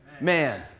man